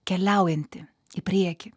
keliaujanti į priekį